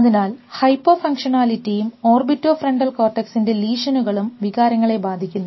അതിനാൽ ഹൈപ്പോ ഫങ്ക്ഷണാലിറ്റിയും ഓർബിറ്റോഫ്രോണ്ടൽ കോർട്ടെക്സിന്റെ ലീഷനുകളും വികാരങ്ങളെ ബാധിക്കുന്നു